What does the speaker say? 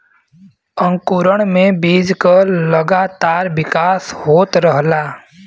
अंकुरण में बीज क लगातार विकास होत रहला